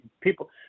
people